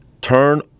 Turn